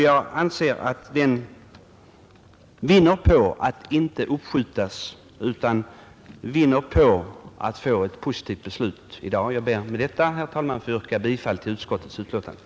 Jag anser att den vinner på att inte uppskjutas utan få ett positivt beslut i dag. Jag ber med detta, herr talman, att få yrka bifall till utskottets hemställan.